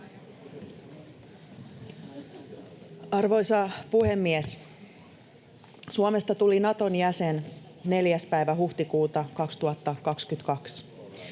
Arvoisa puhemies! Suomesta tuli Naton jäsen 4. päivä huhtikuuta 2022.